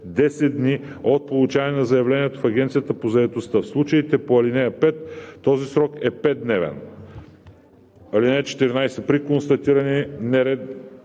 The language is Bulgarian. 10 дни от получаване на заявлението в Агенцията по заетостта. В случаите по ал. 5 този срок е 5-дневен. (14) При констатирани нередовности